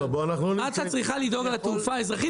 רת"א צריכה לדאוג לתעופה האזרחית.